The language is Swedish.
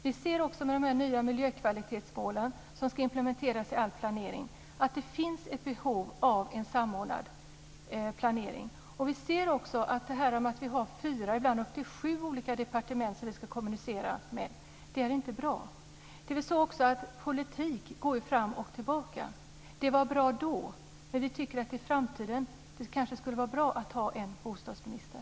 Vi ser också att det, med de nya miljökvalitetsmålen som ska implementeras i all planering, finns behov av en samordnad planering. Vi ser också att det inte är bra med fyra - ibland upp till sju - olika departement som vi ska kommunicera med. Politik går fram och tillbaka. Det var bra då. Men i framtiden skulle det kanske vara bra att ha en bostadsminister.